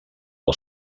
del